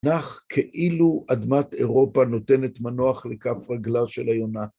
נח כאילו אדמת אירופה נותנת מנוח לכף רגלה של היונה.